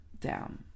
down